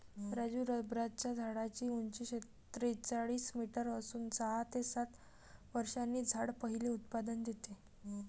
राजू रबराच्या झाडाची उंची त्रेचाळीस मीटर असून सहा ते सात वर्षांनी झाड पहिले उत्पादन देते